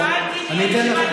שאלתי מישיבת ממשלה.